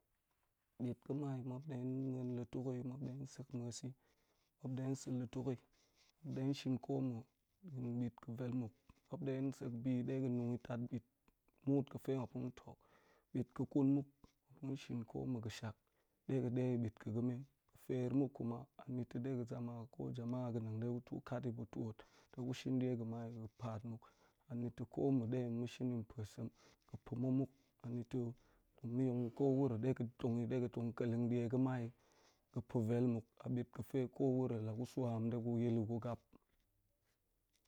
Bit ga̱mai muap ɗe muan lutuk yi, muap ɗe sek muas si, muap de sa̱ lutuk yi, muap de shin ko ma̱. Da̱a̱n bit ga̱ vel muk muap de sek bi ɗe ga̱ nung tat bit muut ga̱fe muap tong tok. Bit ga̱ kun mu muap shin ko ma̱ ga̱ shak, de ga̱ de yi bit ga̱ ga̱me. Ga fier muk kuma ga̱ zama ko hama'a ga̱ nang de kaf ta̱ pa̱ ko ma̱ de ma̱ shin ni pa̱ sem. Ga̱ paat mak nita̱ ko ma̱ de ma̱ shin ni pa̱sem. Ga pa̱ma̱ muk anita, tong ma̱ yong ma̱ ko wuro ɗe ga̱ tong yi bit ga̱fe ko wuro la gu sua haam de gu yil li gu gap.